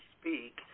speak